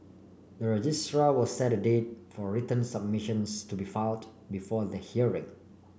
the registrar will set a date for written submissions to be filed before the hearing